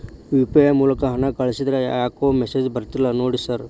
UPI ಮೂಲಕ ಹಣ ಕಳಿಸಿದ್ರ ಯಾಕೋ ಮೆಸೇಜ್ ಬರ್ತಿಲ್ಲ ನೋಡಿ ಸರ್?